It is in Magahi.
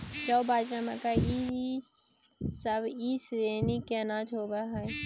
जौ, बाजरा, मकई इसब ई श्रेणी के अनाज होब हई